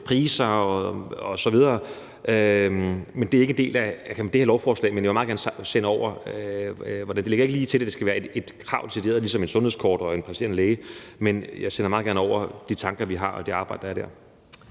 priser osv. Men det er ikke en del af det her lovforslag. Men jeg vil meget gerne sende det over. Det ligger ikke lige til, at det skal være et krav ligesom et sundhedskort og en praktiserende læge, men jeg sender meget gerne de tanker, vi har, og det arbejde, der er der,